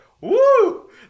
Woo